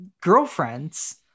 girlfriends